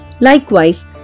Likewise